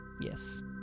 Yes